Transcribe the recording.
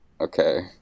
okay